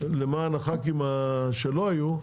למען הח"כים שלא היו,